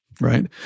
Right